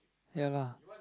ya lah